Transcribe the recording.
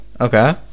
Okay